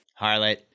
Harlot